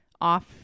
off